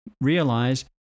realize